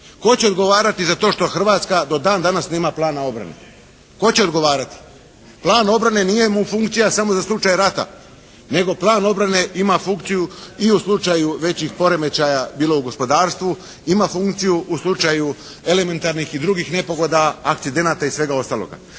Tko će odgovarati za to što Hrvatska do dan danas nema plana obrane? Plan obrane nije mu funkcija samo za slučaj rata nego plan obrane ima funkciju i u slučaju većih poremećaja bilo u gospodarstvu, ima funkciju u slučaju elementarnih i drugih nepogoda, akcidenata i svega ostaloga.